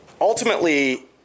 Ultimately